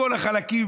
בכל החלקים,